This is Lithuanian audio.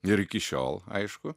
ir iki šiol aišku